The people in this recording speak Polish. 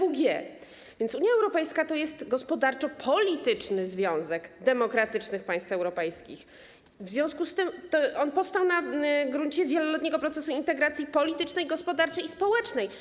Unia Europejska to jest gospodarczo-polityczny związek demokratycznych państw europejskich, który powstał na gruncie wieloletniego procesu integracji politycznej, gospodarczej i społecznej.